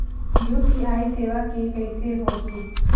UPI सेवा के कइसे होही?